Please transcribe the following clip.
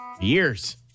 Years